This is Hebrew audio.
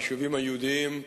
היישובים היהודיים,